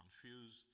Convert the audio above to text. confused